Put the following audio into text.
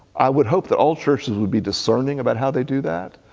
i would hope that all churches would be discerning about how they do that.